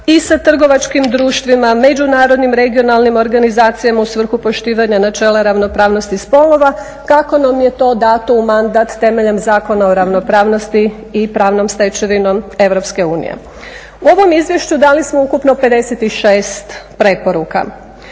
i sa trgovačkim društvima, međunarodnim regionalnim organizacijama u svrhu poštivanja načela ravnopravnosti spolova kako nam je to dato u mandat temeljem Zakona o ravnopravnosti i pravnom stečevinom EU. U ovom izvješću dali smo ukupno 56 preporuka.